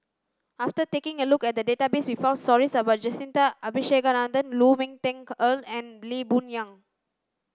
after taking a look at the database we found stories about Jacintha Abisheganaden Lu Ming Teh Earl and Lee Boon Yang